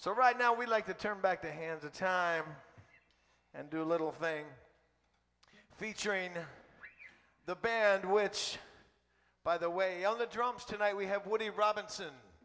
so right now we like to turn back the hands of time and do a little thing featuring the band which by the way only drums tonight we have woody robinson